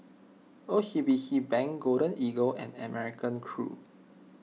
O C B C Bank Golden Eagle and American Crew